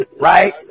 Right